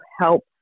help